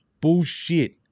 Bullshit